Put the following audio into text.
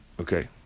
Okay